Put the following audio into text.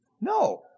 No